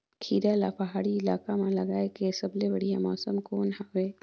खीरा ला पहाड़ी इलाका मां लगाय के सबले बढ़िया मौसम कोन हवे?